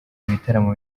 ibitaramo